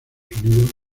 unidos